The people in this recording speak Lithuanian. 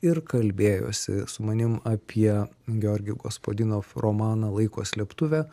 ir kalbėjosi su manim apie georgi gospadinov romaną laiko slėptuvė